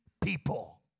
people